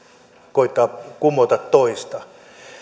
koettaa kumota toista